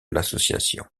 l’association